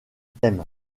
thème